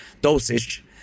dosage